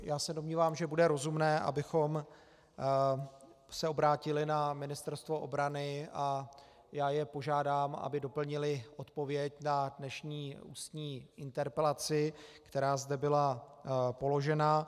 Já se domnívám, že bude rozumné, abychom se obrátili na Ministerstvo obrany, a já je požádám, aby doplnili odpověď na dnešní ústní interpelaci, která zde byla položena.